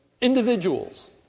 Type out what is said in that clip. individuals